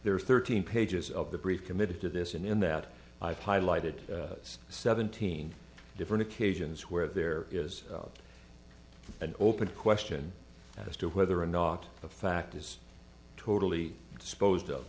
are thirteen pages of the brief committed to this in in that i've highlighted seventeen different occasions where there is an open question as to whether or not the fact is totally disposed of